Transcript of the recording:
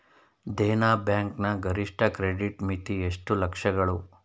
Dena bank ನ ಗರಿಷ್ಠ credit ಮಿತಿ ಎಷ್ಟು ಲಕ್ಷಗಳು?